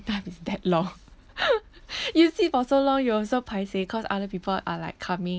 time is that long you sit for so long you also paiseh cause other people are like coming